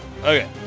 Okay